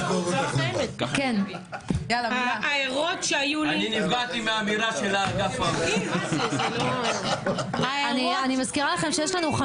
יש לנו חמישה דוברים, אני מזכירה לכם.